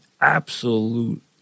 absolute